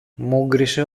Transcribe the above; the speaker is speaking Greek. μούγκρισε